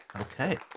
Okay